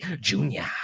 junior